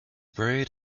buried